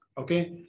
Okay